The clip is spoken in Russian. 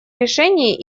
решений